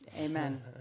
Amen